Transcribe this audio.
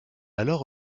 alors